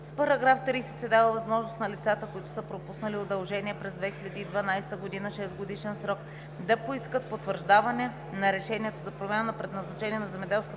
С § 30 се дава възможност на лицата, които са пропуснали удължения през 2012 г. шестгодишен срок, да поискат потвърждаване на решението за промяна на предназначението на земеделската